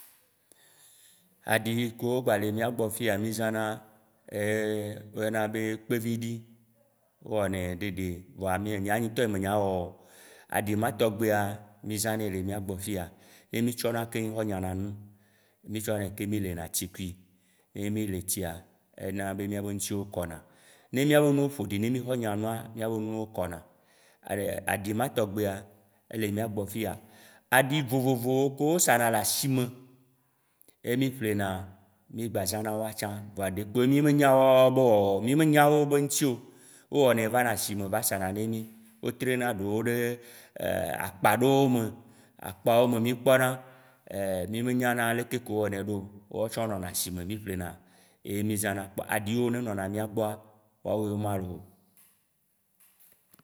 Aɖi kewo gba le mìagbɔ fiya le mìzãna, wo yɔna be kpeviɖi, wo wɔ nɛ ɖoeɖe voa nyea nye ya ŋtɔ nye me nya ewɔwɔ. Aɖi ma tɔŋgbea mì zãnɛ le mìagbɔ fiya, ye mitsɔna kem xɔ nyana nu, mì tsɔnɛ kem xɔ nyana nu, mì tsɔnɛ keŋ mì lena tsi kui. Ne mì letsi, enana be mìabe ŋtiwo kɔna, ne míabe nuwo ƒo ɖia ne mixɔ nyanua, mìabe nuwo kɔna, aɖi ma tɔŋgbia, ele mìa gbɔ le fiya. Aɖi vivovowo kewo sa na le asi me ye mì ƒlena, mì gba zãna woawo tsã voa ɖekpo mì me nya woawoa be wɔwɔ, mì me nya wo be ŋti o. Wo wɔ nɛ va na asime va sa na ne mí. Wo trena ɖewo ɖe akpa ɖewo me, akpawo me mì kpɔna, mì me nyana leke wo wɔnɛ ɖo woawo tsã wo nɔna asime mí ƒlena ye mì zãna. Kpoa aɖi yiwo nɔna mìa gbɔa, woawoe ma loo